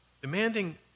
Demanding